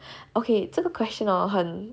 okay 这个 question or 很